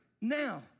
now